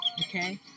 okay